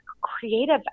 creative